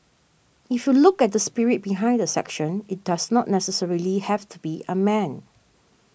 if you look at the spirit behind the section it does not necessarily have to be a man